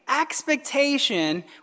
expectation